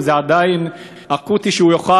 אם זה עדיין אקטואלי.